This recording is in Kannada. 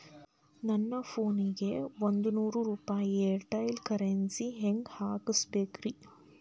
ನನ್ನ ಫೋನಿಗೆ ಒಂದ್ ನೂರು ರೂಪಾಯಿ ಏರ್ಟೆಲ್ ಕರೆನ್ಸಿ ಹೆಂಗ್ ಹಾಕಿಸ್ಬೇಕ್ರಿ?